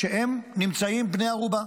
שהם נמצאים בני ערובה.